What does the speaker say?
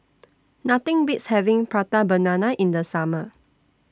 Nothing Beats having Prata Banana in The Summer